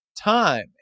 time